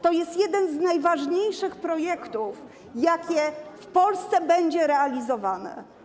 To jest jeden z najważniejszych projektów, jakie w Polsce będą realizowane.